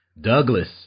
Douglas